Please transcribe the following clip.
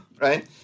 Right